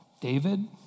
David